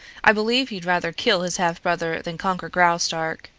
i believe he'd rather kill his half-brother than conquer graustark.